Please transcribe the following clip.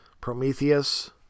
Prometheus